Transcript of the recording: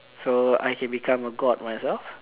so I can become a God myself